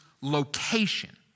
location